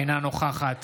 אינה נוכחת